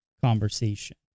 conversation